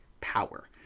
power